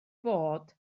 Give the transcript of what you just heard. bod